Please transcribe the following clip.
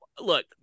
look